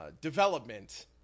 development